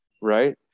right